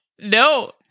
No